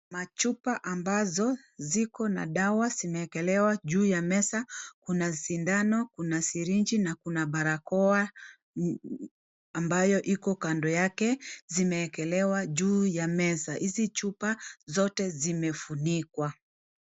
Machupa ambazo ziko na dawa zimeekelewa juu ya meza kuna sindano kuna sirenji na kuna barakao ambayo iko kando yake zimewekelewa juu ya meza hizi chupa zote zimefunikwa.